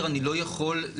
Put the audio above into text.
אני מבין,